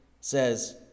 says